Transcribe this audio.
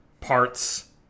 parts